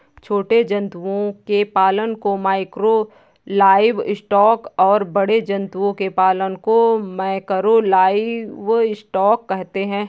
छोटे जंतुओं के पालन को माइक्रो लाइवस्टॉक और बड़े जंतुओं के पालन को मैकरो लाइवस्टॉक कहते है